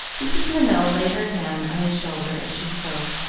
mrs. minot laid her hand on his shoulder as she spoke,